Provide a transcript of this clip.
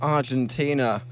Argentina